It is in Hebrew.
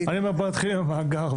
אני אומר בואו נתחיל עם המאגר.